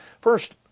First